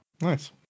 Nice